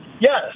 Yes